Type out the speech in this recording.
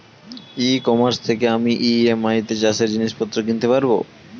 ই commerce থেকে আমি EMI তে চাষে জিনিসপত্র কিনতে পারব?